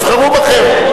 יבחרו בכם.